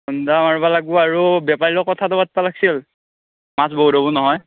Honda মাৰবা লাগবো আৰু বেপাৰীৰ লগত কথাটো পাতবা লাগছিল মাছ বহুত হ'বো নহয়